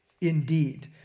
indeed